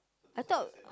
I thought